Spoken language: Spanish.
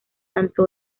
tanto